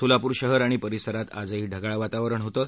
सोलापूर शहर आणि परिसरात आजही ढगाळ वातावरण होतं